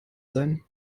sein